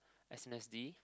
S_N_S_D